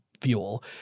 fuel